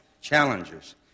challenges